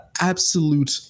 absolute